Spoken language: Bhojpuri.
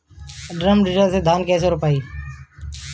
ड्रम सीडर से धान कैसे रोपाई?